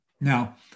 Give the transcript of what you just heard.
Now